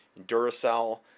Duracell